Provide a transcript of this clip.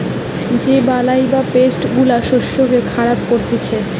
যে বালাই বা পেস্ট গুলা শস্যকে খারাপ করতিছে